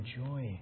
enjoy